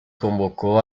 convocó